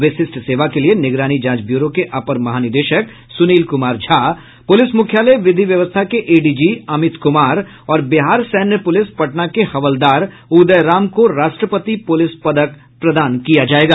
विशिष्ट सेवा के लिए निगरानी जांच ब्यूरो के अपर महानिदेशक सुनील कुमार झा पुलिस मुख्यालय विधि व्यवस्था के एडीजी अमित कुमार और बिहार सैन्य प्रलिस पटना के हवलदार उदय राम को राष्ट्रपति प्रलिस पदक प्रदान किया जायेगा